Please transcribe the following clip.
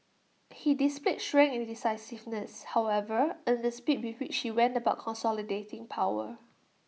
he displayed strength and decisiveness however in the speed with which she went about consolidating power